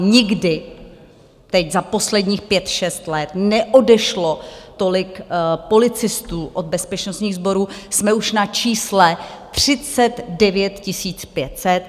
Nikdy teď za posledních pět šest let neodešlo tolik policistů od bezpečnostních sborů, jsme už na čísle 39 500.